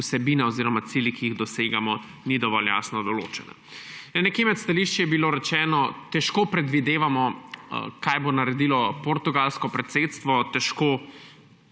vsebina oziroma cilji, ki jih dosegamo, niso dovolj jasno določeni. Med stališči je bilo rečeno, da težko predvidevamo, kaj bo naredilo portugalsko predsedstvo, težko